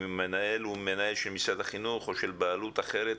אם המנהל הוא מנהל של משרד החינוך או של בעלות אחרת,